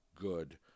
good